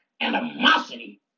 animosity